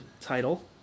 title